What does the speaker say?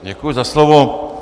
Děkuji za slovo.